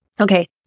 Okay